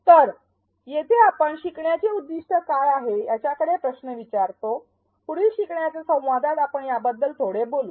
तर येथे आपण शिकण्याचे उद्दिष्ट काय आहेत यासारखे प्रश्न विचारतो पुढील शिकण्याच्या संवादात आपण याबद्दल थोडे बोलू